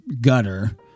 gutter